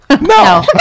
No